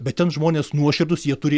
bet ten žmonės nuoširdūs jie turi